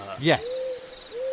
Yes